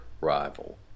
rival